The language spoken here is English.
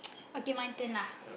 okay my turn lah